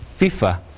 FIFA